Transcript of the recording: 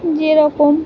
যেরকম